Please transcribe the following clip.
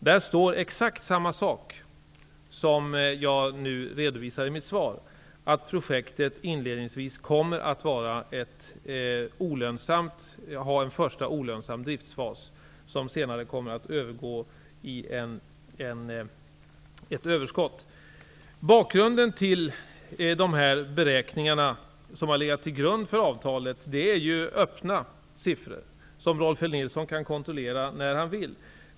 Där står exakt samma sak som jag redovisar i mitt svar, nämligen att projektet inledningsvis kommer att ha en första olönsam driftsfas som senare kommer att övergå i ett överskott. Bakgrunden till de här beräkningarna, som har legat till grund för avtalet, är öppna siffror, som Rolf L Nilson kan kontrollera när han vill.